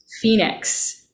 Phoenix